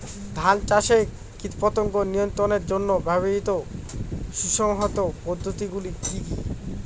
ধান চাষে কীটপতঙ্গ নিয়ন্ত্রণের জন্য ব্যবহৃত সুসংহত পদ্ধতিগুলি কি কি?